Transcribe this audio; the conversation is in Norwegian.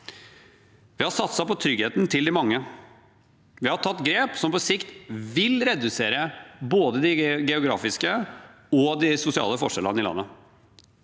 Vi har satset på tryggheten til de mange. Vi har tatt grep som på sikt vil redusere både de geografiske og de sosiale forskjellene i landet